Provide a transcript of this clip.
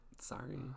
Sorry